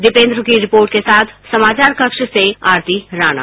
दीपेन्द्र की रिपोर्ट के साथ समाचार कक्ष से आरती राणा